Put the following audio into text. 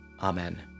Amen